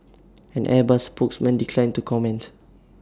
an airbus spokesman declined to comment